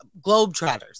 Globetrotters